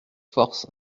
force